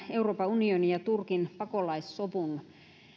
euroopan unionin ja turkin pakolaissovun